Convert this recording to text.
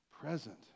present